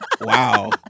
Wow